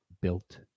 built